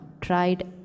Tried